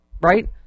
right